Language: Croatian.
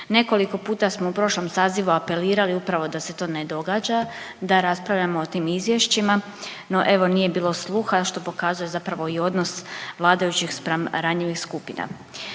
Nekoliko puta smo u prošlom sazivu apelirali upravo da se to ne događa da raspravljamo o tim izvješćima, no evo nije bilo sluha, što pokazuje zapravo i odnos vladajućih spram ranjivih skupina.